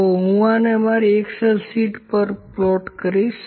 તેથી હું આને મારી એક્સેલ શીટ પર પ્લોટ કરીશ